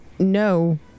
No